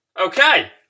Okay